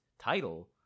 title